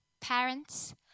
Parents